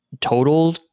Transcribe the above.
Total